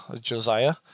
josiah